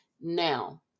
now